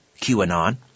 QAnon